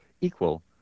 equal